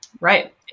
Right